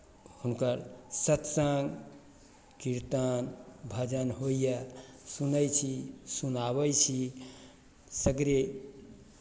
हुनकर सत्सङ्ग कीर्तन भजन होइए सुनै छी सुनाबै छी सगरे